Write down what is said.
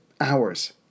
hours